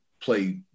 play